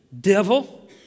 devil